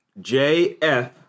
JF